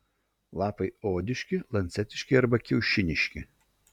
lapai odiški lancetiški arba kiaušiniški